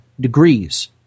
Degrees